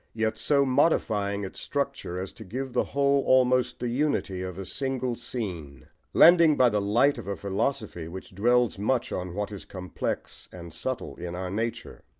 yet so modifying its structure as to give the whole almost the unity of a single scene lending, by the light of a philosophy which dwells much on what is complex and subtle in our nature,